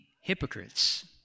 hypocrites